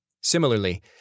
Similarly